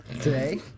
Today